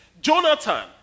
Jonathan